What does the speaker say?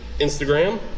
Instagram